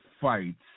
fights